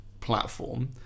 platform